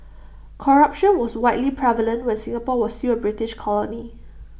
corruption was widely prevalent when Singapore was still A British colony